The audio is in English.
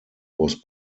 was